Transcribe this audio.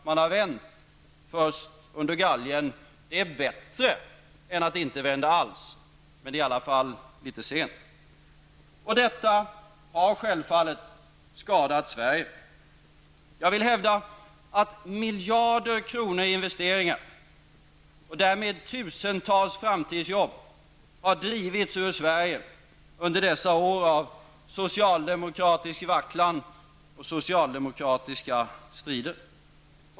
Man har vänt först under värjan. Det är bättre än att inte vända alls, men det är i alla fall litet sent. Detta har självfallet skadat Sverige. Jag hävdar att miljarder kronor i investeringar och därmed tusentals framtidsjobb har drivits ur Sverige under dessa år av socialdemokratisk vacklan och socialdemokratiska strider.